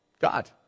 God